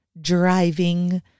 driving